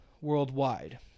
worldwide